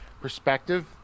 perspective